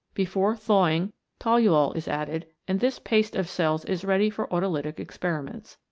before thawing toluol is added, and this paste of cells is ready for autolytic experiments.